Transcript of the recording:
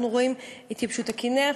אנחנו רואים את התייבשות הכינרת,